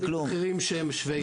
גם לא במחירים השווים לכל נפש.